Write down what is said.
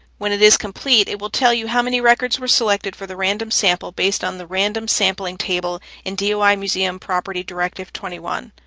when it is complete, it will tell you how many records were selected for the random sample based on the random sampling table in doi museum property directive twenty one.